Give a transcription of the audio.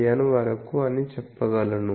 N వరకు అని చెప్పగలను